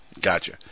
gotcha